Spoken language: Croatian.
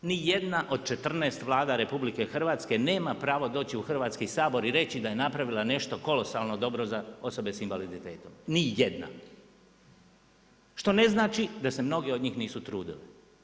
Nijedna od 14 Vlada RH nema pravo doći u Hrvatski sabor i reći da je napravila nešto kolosalno dobro za osobe s invaliditetom, nijedna, što ne znači da se mnogi od njih nisu trudili.